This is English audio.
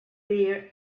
there